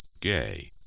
Gay